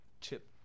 chip